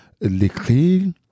l'écrire